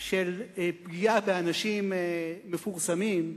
של פגיעה באנשים מפורסמים,